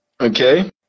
Okay